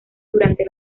durante